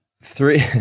Three